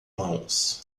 mãos